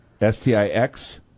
S-T-I-X